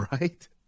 Right